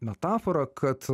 metaforą kad